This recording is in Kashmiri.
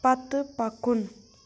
پتہٕ پکُن